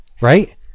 right